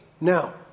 Now